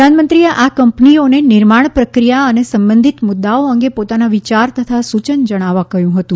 પ્રધાનમંત્રીએ આ કંપનીઓને નિર્માણ પ્રક્રિયાઓ અને સંબંધિત મુદ્દાઓ અંગે પોતાના વિચાર તથા સૂચન જણાવવા કહ્યું હતું